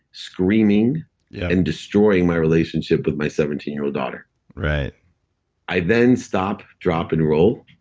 screaming yeah and destroying my relationship with my seventeen year old daughter right i then stop, drop, and roll.